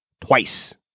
twice